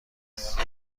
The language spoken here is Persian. است